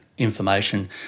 information